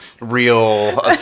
real